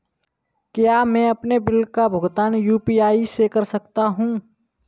क्या मैं अपने बिल का भुगतान यू.पी.आई से कर सकता हूँ?